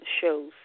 shows